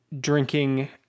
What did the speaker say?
drinking